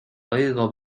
oigo